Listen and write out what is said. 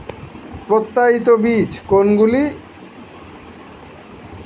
প্রত্যায়িত বীজ কোনগুলি?